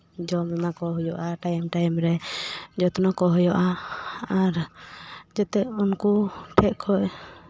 ᱡᱚᱢ ᱮᱢᱟ ᱠᱚ ᱦᱩᱭᱩᱜᱼᱟ ᱴᱟᱭᱤᱢ ᱴᱟᱭᱤᱢ ᱨᱮ ᱡᱚᱛᱱᱚ ᱠᱚ ᱦᱩᱭᱩᱜᱼᱟ ᱟᱨ ᱡᱟᱛᱮ ᱩᱱᱠᱩ ᱴᱷᱮᱱ ᱠᱷᱚᱱ